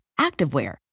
activewear